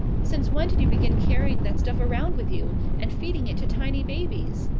since when did you begin carrying that stuff around with you, and feeding it to tiny babies?